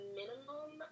minimum